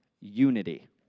unity